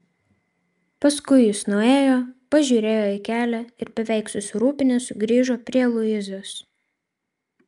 paskui jis nuėjo pažiūrėjo į kelią ir beveik susirūpinęs sugrįžo prie luizos